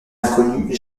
inconnu